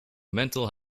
mental